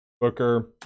Booker